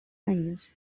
años